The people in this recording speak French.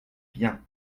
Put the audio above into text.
bien